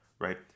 right